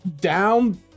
down